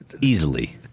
Easily